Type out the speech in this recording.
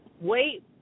wait